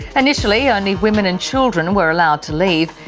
initially only women and children were allowed to leave,